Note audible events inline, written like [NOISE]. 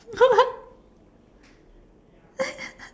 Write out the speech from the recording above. [LAUGHS]